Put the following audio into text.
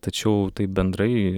tačiau taip bendrai